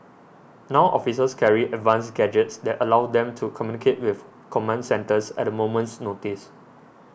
now officers carry advanced gadgets that allow them to communicate with command centres at a moment's notice